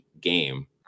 game